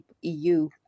EU